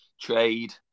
trade